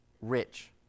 rich